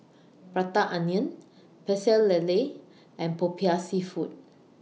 Prata Onion Pecel Lele and Popiah Seafood